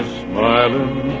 smiling